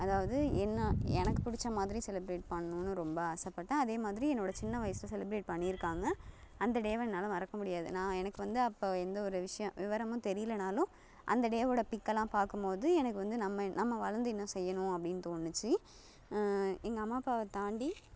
அதாவது என்ன எனக்கு பிடிச்ச மாதிரி செலிப்ரேட் பண்ணணும்னு ரொம்ப ஆசைப்பட்டேன் அதே மாதிரி என்னோடய சின்ன வயசில் செலிப்ரேட் பண்ணியிருக்காங்க அந்த டேவை என்னால் மறக்க முடியாது நான் எனக்கு வந்து அப்போ எந்த ஒரு விஷ்யம் விவரமும் தெரியலனாலும் அந்த டேவோடய பிக் எல்லாம் பார்க்கும் போது எனக்கு வந்து நம்ம நம்ம வளர்ந்து இன்னும் செய்யணும் அப்படின்னு தோணிச்சு எங்கள் அம்மா அப்பாவை தாண்டி